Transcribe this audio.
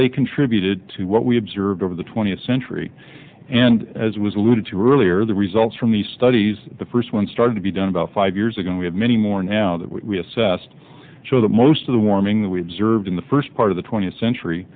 they contributed to what we observed over the twentieth century and as was alluded to earlier the results from the studies the first one started to be done about five years ago and we have many more now that we assessed show that most of the warming that we observed in the first part of the twentieth century